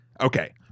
Okay